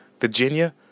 Virginia